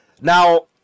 Now